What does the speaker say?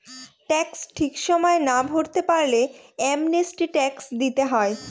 tax ঠিক সময়ে না ভরতে পারলে অ্যামনেস্টি ট্যাক্স দিতে হয়